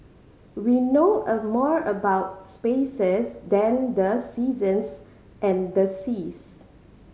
we know a more about spaces than the seasons and the seas